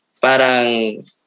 Parang